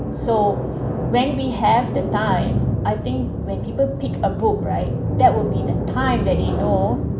so when we have the time I think when people pick a book right that would be the time that you know